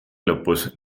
lõpus